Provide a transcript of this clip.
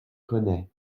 connais